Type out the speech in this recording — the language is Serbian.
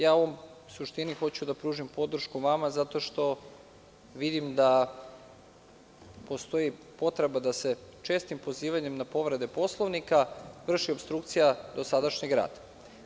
Ja u suštini hoću da pružim podršku vama, zato što vidim da postoji potreba da se čestim pozivanjem na povrede Poslovnika vrši opstrukcija dosadašnjeg rada.